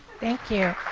thank you.